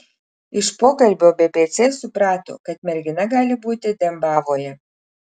iš pokalbio bpc suprato kad mergina gali būti dembavoje